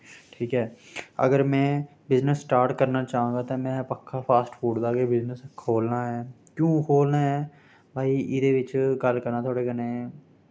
ठीक ऐ अगर मैं बिज़नस स्टार्ट करना चांह्ग ते में पक्का फास्ट फूड दा गै बिज़नस खोलना ऐं क्यों खोलना ऐं भाई एह्दे बिच्च गल्ल करां थोआड़े कन्नै